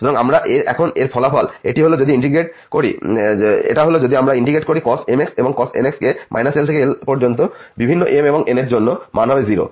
সুতরাং আমরা এখন কি ফলাফল এটা হল যদি আমরা ইন্টিগ্রেট করি cos mx এবং cos nx কে l থেকে l পর্যন্ত বিভিন্ন m এবং n এর জন্য মান হবে 0